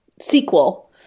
sequel